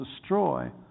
destroy